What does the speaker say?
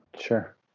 Sure